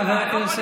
חבר הכנסת